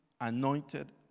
anointed